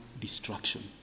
destruction